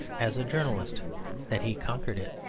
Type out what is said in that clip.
as a journalist that he conquered it.